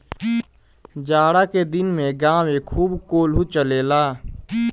जाड़ा के दिन में गांवे खूब कोल्हू चलेला